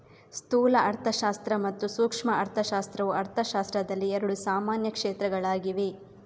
ಸ್ಥೂಲ ಅರ್ಥಶಾಸ್ತ್ರ ಮತ್ತು ಸೂಕ್ಷ್ಮ ಅರ್ಥಶಾಸ್ತ್ರವು ಅರ್ಥಶಾಸ್ತ್ರದಲ್ಲಿ ಎರಡು ಸಾಮಾನ್ಯ ಕ್ಷೇತ್ರಗಳಾಗಿವೆ